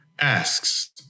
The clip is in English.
asks